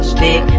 big